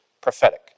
prophetic